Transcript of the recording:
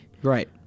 Right